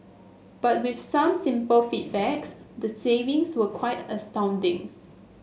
but with some simple feedback's the savings were quite astounding